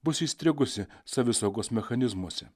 bus įstrigusi savisaugos mechanizmuose